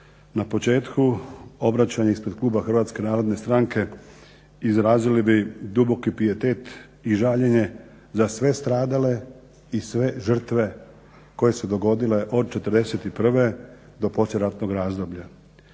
Na početku obraćanja ispred kluba HNS-a izrazili bi duboki pijetet i žaljenje za sve stradale i sve žrtve koje su se dogodile od '41. do poslijeratnog razdoblja.